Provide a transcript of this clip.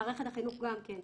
מערכת החינוך גם כן,